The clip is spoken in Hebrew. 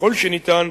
ככל שניתן,